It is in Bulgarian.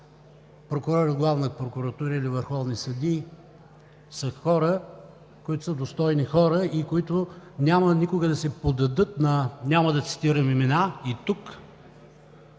прокурори в Главна прокуратура, или върховни съдии, които са достойни хора и които няма никога да се поддадат на – няма да цитирам имена и тук